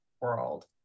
world